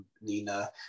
Nina